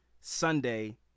Sunday